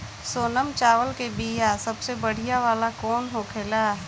सोनम चावल के बीया सबसे बढ़िया वाला कौन होखेला?